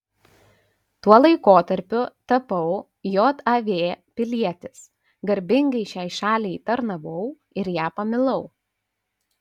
tuo laikotarpiu tapau jav pilietis garbingai šiai šaliai tarnavau ir ją pamilau